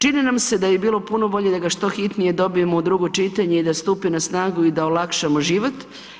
Čini nam se da bi bilo puno bolje da ga što hitnije dobijemo u drugo čitanje i da stupi na snagu i da olakšamo život.